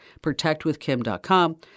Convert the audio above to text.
protectwithkim.com